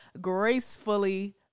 gracefully